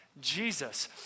Jesus